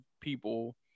people